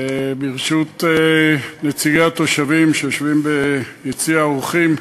ברשות נציגי התושבים שיושבים ביציע האורחים,